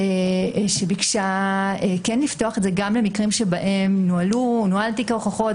שכן ביקשה לפתוח את זה גם למקרים שבהם נוהלו או נוהל תיק ההוכחות,